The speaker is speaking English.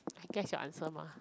I guess your answer mah